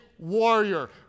warrior